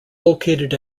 located